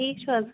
ٹھیٖک چھِو حظ